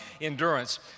endurance